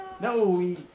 No